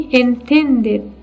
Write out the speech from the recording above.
intended